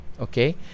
Okay